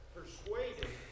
persuaded